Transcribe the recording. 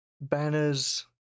banners